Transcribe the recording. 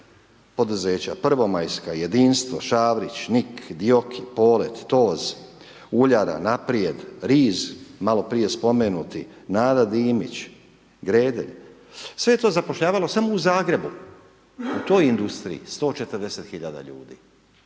poduzeća: Prvomajska, Jedinstvo, Šavrić, NIK, Dioki, Polet, TOZ, Uljara, Naprijed, RIZ malo prije spomenuti, Nada Dimić, Gredelj. Sve je to zapošljavalo samo u Zagrebu u toj industriji 140 hiljada